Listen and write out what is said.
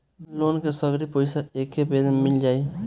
Loan के सगरी पइसा एके बेर में मिल जाई?